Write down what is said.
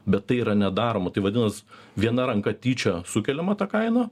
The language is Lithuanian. bet tai yra nedaroma tai vadinas viena ranka tyčia sukeliama ta kaina